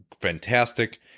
fantastic